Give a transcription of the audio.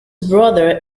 brother